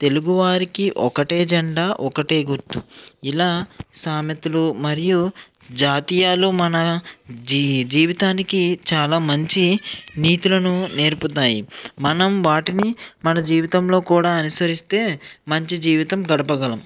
తెలుగువారికి ఒకటే జెండా ఒకటే గుర్తు ఇలా సామెతలు మరియు జాతీయాలు మన జీ జీవితానికి చాలా మంచి జీవితాలకు మంచి నీతులను నేర్పుతాయి మనం వాటిని మన జీవితంలో కూడా అనుసరిస్తే మంచి జీవితం గడపగలం